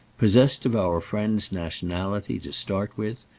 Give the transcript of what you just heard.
possessed of our friend's nationality, to start with,